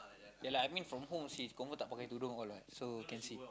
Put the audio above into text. ya lah I mean from home she confirm tak pakai tudung all lah so can see